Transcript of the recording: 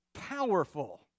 powerful